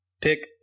pick